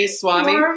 swami